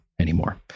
anymore